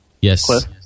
Yes